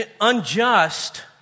unjust